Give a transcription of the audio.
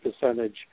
percentage